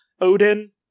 Odin